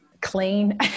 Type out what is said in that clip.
clean